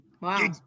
Wow